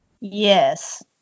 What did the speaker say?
Yes